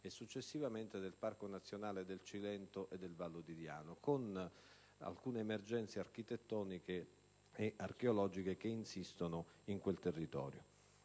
e successivamente del Parco nazionale del Cilento e Vallo di Diano, con alcune emergenze architettoniche e archeologiche che insistono in quel territorio.